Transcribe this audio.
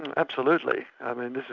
and absolutely. i mean